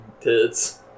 tits